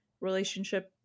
relationship